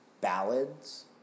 ballads